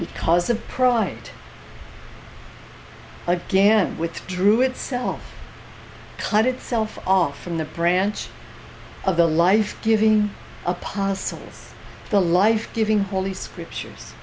because of pride again with drew itself cloud itself off from the branch of the life giving apostles the life giving holy scriptures